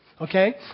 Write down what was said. Okay